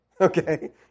Okay